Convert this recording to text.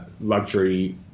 luxury